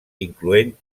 incloent